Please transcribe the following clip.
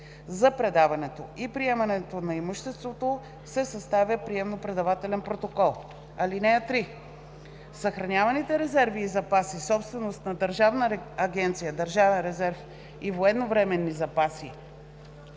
За предаването и приемането на имуществото се съставя приемо-предавателен протокол. (3) Съхраняваните резерви и запаси, собственост на Държавна агенция „Държавен резерв и военновременни запаси“,